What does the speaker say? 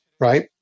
Right